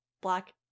black